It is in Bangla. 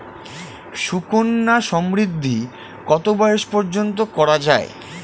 সুকন্যা সমৃদ্ধী কত বয়স পর্যন্ত করা যায়?